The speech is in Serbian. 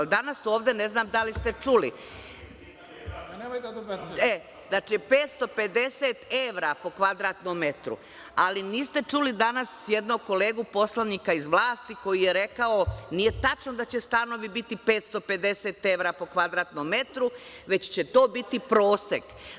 I danas ovde, ne znam da li ste čuli, da će biti 550 evra po kvadratnom metru, ali niste čuli danas jednog kolegu poslanika iz vlasti, koji je rekao da nije tačno da će stanovi biti 550 evra po kvadratnom metru, već će to biti prosek.